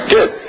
Good